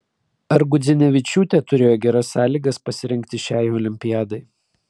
ar gudzinevičiūtė turėjo geras sąlygas pasirengti šiai olimpiadai